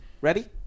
Ready